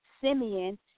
Simeon